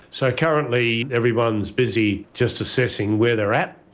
so currently everyone is busy just assessing where they're at.